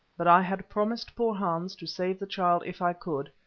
but i had promised poor hans to save the child if i could,